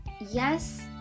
yes